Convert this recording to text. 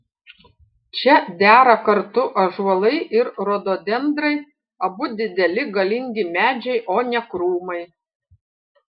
čia dera kartu ąžuolai ir rododendrai abu dideli galingi medžiai o ne krūmai